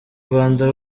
rwanda